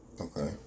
okay